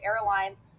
airlines